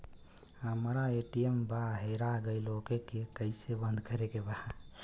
हमरा ए.टी.एम वा हेरा गइल ओ के के कैसे बंद करे के बा?